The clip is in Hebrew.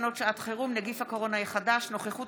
תקנות שעת חירום (נגיף הקורונה החדש) (נוכחות